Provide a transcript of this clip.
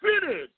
finished